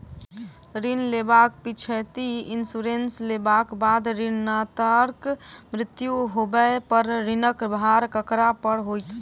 ऋण लेबाक पिछैती इन्सुरेंस लेबाक बाद ऋणकर्ताक मृत्यु होबय पर ऋणक भार ककरा पर होइत?